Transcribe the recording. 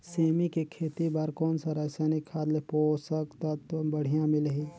सेमी के खेती बार कोन सा रसायनिक खाद ले पोषक तत्व बढ़िया मिलही?